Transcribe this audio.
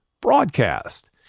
broadcast